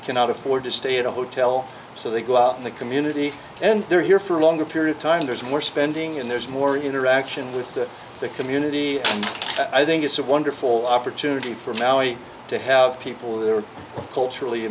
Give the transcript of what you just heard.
cannot afford to stay at a hotel so they go out in the community and they're here for a longer period of time there's more spending and there's more interaction with the community and i think it's a wonderful opportunity for maui to have people who are culturally